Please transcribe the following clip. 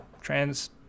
trans